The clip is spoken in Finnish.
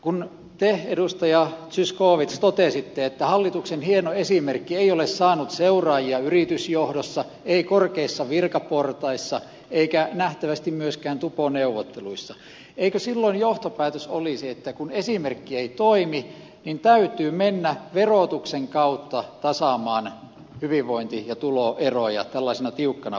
kun te edustaja zyskowicz totesitte että hallituksen hieno esimerkki ei ole saanut seuraajia yritysjohdossa ei korkeissa virkaportaissa eikä nähtävästi myöskään tuponeuvotteluissa eikö silloin johtopäätös olisi että kun esimerkki ei toimi niin täytyy mennä verotuksen kautta tasaamaan hyvinvointi ja tuloeroja tällaisessa tiukassa paikassa